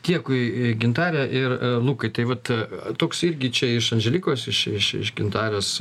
dėkui gintare ir lukai tai vat toks irgi čia iš andželikos iš iš iš gintarės